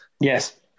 Yes